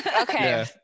Okay